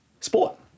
sport